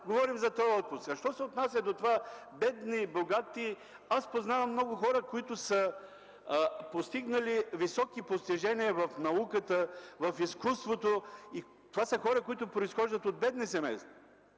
говорим за този отпуск. Но що се отнася до това: бедни-богати, аз познавам много хора, които имат високи постижения в науката, в изкуството и това са хора, които произхождат от бедни семейства.